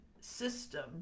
system